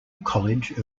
college